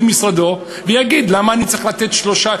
משרדו ויגיד: למה אני צריך לתת 300,